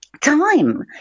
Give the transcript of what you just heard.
time